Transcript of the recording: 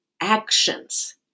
actions